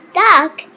duck